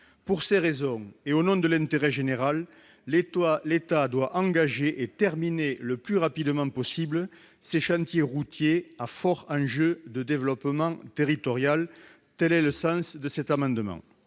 Pour ces raisons, et au nom de l'intérêt général, l'État doit engager et terminer le plus rapidement possible ces chantiers routiers à fort enjeu de développement territorial. Quel est l'avis de la commission